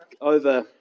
over